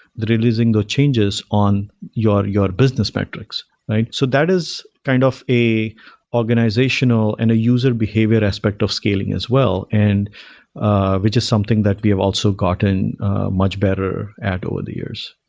the releasing of changes on your your business metrics, right? so that is kind of an organizational and a user behavior aspect of scaling as well, and ah which is something that we have also gotten much better at over the years.